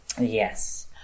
yes